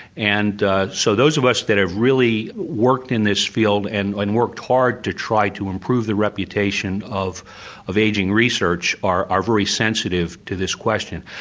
and so those of us that have really worked in this field and and worked hard to try to improve the reputation of of ageing research are are very sensitive to this question.